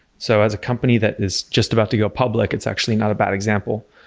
so, as a company that is just about to go public, it's actually not a bad example.